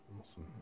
Awesome